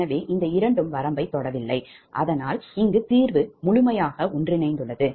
எனவே இந்த இரண்டும் வரம்பைத் தொடவில்லை அதனால் இங்கு தீர்வு முழுமையாக ஒன்றிணைந்துள்ளது